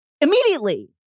immediately